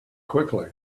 quickly